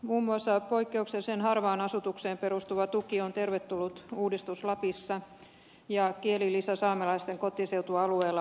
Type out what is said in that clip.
muun muassa poikkeuksellisen harvaan asutukseen perustuva tuki on tervetullut uudistus lapissa ja kielilisä saamelaisten kotiseutualueella on hyvä asia